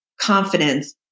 confidence